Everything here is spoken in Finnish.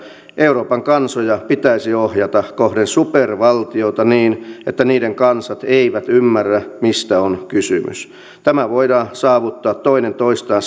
euroopan kansoja pitäisi ohjata kohden supervaltiota niin että niiden kansat eivät ymmärrä mistä on kysymys tämä voidaan saavuttaa toinen toistaan